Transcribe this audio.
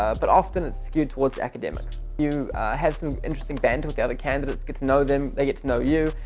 ah but often it's skewed towards academics. you have some interesting banter with the other candidates, get to know them, they get to know you,